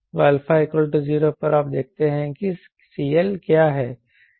तो α 0 पर आप देखते हैं कि CLक्या है